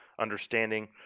understanding